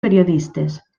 periodistes